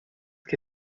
que